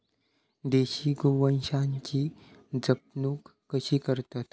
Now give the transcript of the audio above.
देशी गोवंशाची जपणूक कशी करतत?